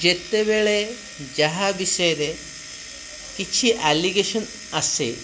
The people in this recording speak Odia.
ଯେତେବେଳେ ଯାହା ବିଷୟରେ କିଛି ଆଲିଗେସନ୍ ଆସେ